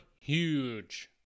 huge